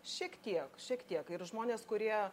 šiek tiek šiek tiek ir žmonės kurie